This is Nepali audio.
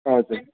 हजुर